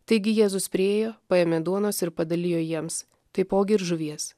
taigi jėzus priėjo paėmė duonos ir padalijo jiems taipogi ir žuvies